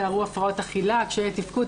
הן תיארו הפרעות האכילה, קשיי תפקוד.